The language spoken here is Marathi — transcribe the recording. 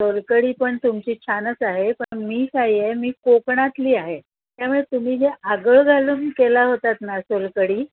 सोलकढी पण तुमची छानच आहे पण मी काय आहे मी कोकणातली आहे त्यामुळे तुम्ही जे आगळ घालून केला होतात ना सोलकढी